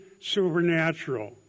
supernatural